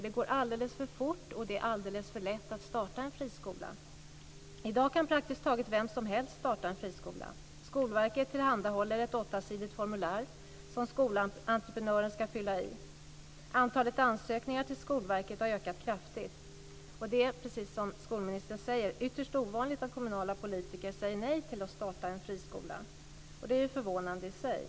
Det går alldeles för fort och det är alldeles för lätt att starta en friskola. I dag kan praktiskt taget vem som helst starta en friskola. Skolverket tillhandahåller ett åttasidigt formulär som skolentreprenören ska fylla i. Antalet ansökningar till Skolverket har ökat kraftigt och det är, precis som skolministern säger, ytterst ovanligt att kommunala politiker säger nej till ansökningar om att starta en friskola. Det är förvånande i sig.